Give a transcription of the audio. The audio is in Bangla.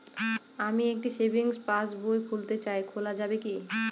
আমি একটি সেভিংস পাসবই খুলতে চাই খোলা যাবে কি?